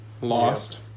lost